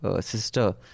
Sister